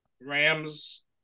Rams